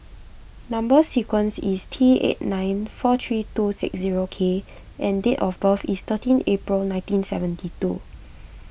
Number Sequence is T eight nine four three two six zero K and date of birth is thirteen April nineteen seventy two